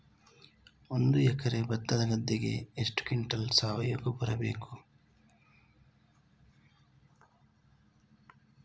ಒಂದು ಎಕರೆ ಭತ್ತದ ಗದ್ದೆಗೆ ಎಷ್ಟು ಕ್ವಿಂಟಲ್ ಸಾವಯವ ಗೊಬ್ಬರ ಬೇಕು?